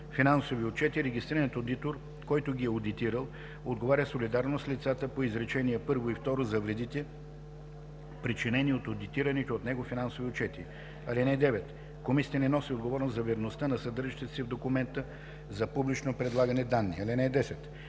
финансови отчети, регистрираният одитор, който ги е одитирал, отговаря солидарно с лицата по изречения първо и второ за вредите, причинени от одитираните от него финансови отчети. (9) Комисията не носи отговорност за верността на съдържащите се в документа за публично предлагане данни. (10)